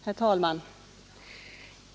Herr talman!